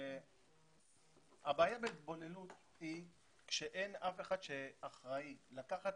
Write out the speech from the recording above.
הבעיה בהתבוללות היא כשאין אף אחד שאחראי לקחת